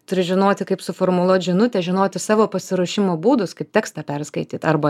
turi žinoti kaip suformuluot žinutę žinoti savo pasiruošimo būdus kaip tekstą perskaityt arba